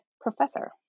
professor